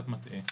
קצת מטעה.